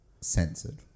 censored